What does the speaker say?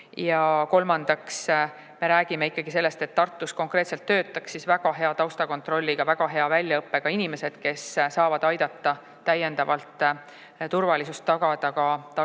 ja kolmandaks, me räägime ikkagi sellest, et Tartus konkreetselt töötaks väga hea taustakontrolliga, väga hea väljaõppega inimesed, kes saavad aidata täiendavalt turvalisust tagada ka Tartu